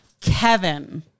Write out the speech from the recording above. Kevin